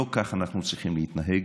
לא כך אנחנו צריכים להתנהג.